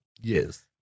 Yes